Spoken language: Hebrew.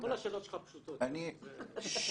שהיועץ